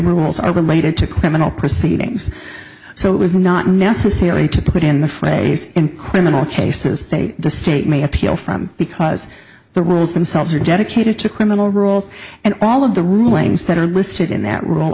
rules are related to criminal proceedings so it was not necessary to put in the phrase in criminal cases the state may appeal from because the rules themselves are dedicated to criminal rules and all of the rulings that are listed in that rule